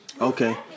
Okay